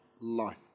life